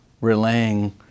relaying